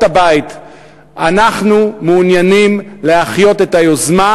הבית אנחנו מעוניינים להחיות את היוזמה,